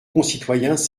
concitoyens